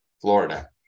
Florida